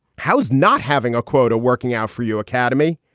how is not having a quota working out for you academy?